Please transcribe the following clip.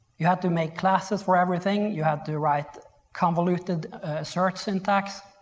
you have to make classes for everything. you have to write convoluted search syntax.